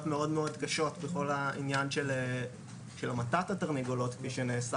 מאוד קשות בכל העניין של המתת התרנגולות כפי שנעשה